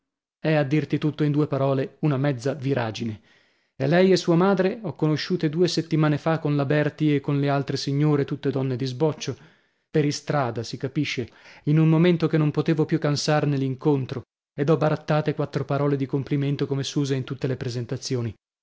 è a dirti tutto in due parole una mezza viragine e lei e sua madre ho conosciute due settimane fa con la berti e con altre signore tutte donne di sboccio per istrada si capisce in un momento che non potevo più cansare l'incontro ed ho barattate quattro parole di complimento come s'usa in tutte le presentazioni